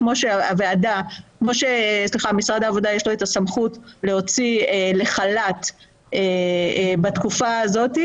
כמו שלמשרד העבודה יש את הסמכות להוציא לחל"ת בתקופה הזאת,